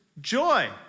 joy